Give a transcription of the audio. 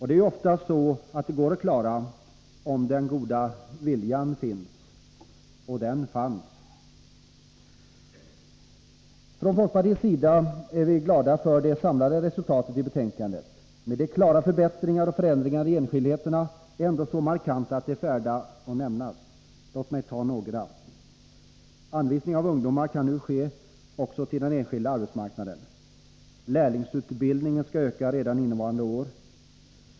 Det går ofta att klara, om den goda viljan finns — och den fanns. Från folkpartiets sida är vi glada för det samlade resultatet i betänkandet. Men de klara förbättringarna och förändringarna i enskildheterna är så markanta att de är värda att nämna. Låt mig peka på några. Anvisning av ungdomar kan nu också ske till den enskilda arbetsmarknaden. Lärlingsutbildningen skall öka redan innevarande år.